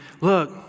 look